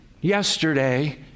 yesterday